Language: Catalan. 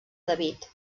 david